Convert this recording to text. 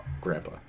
grandpa